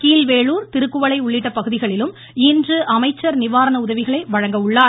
கீழ்வேலூர் திருக்குவளை உள்ளிட்ட பகுதிகளிலும் இன்று அமைச்சர் நிவாரண உதவிகளை வழங்க உள்ளார்